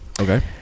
Okay